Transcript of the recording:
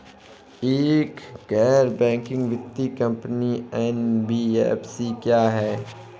एक गैर बैंकिंग वित्तीय कंपनी एन.बी.एफ.सी क्या है?